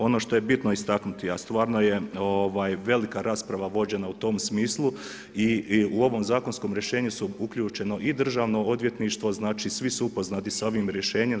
Ono što je bitno istaknuti, a stvarno je velika rasprava vođena u tom smislu i u ovom zakonskom rješenju su uključeno i državno odvjetništvo, znači svi su upoznati sa ovim rješenjem.